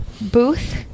booth